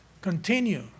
continue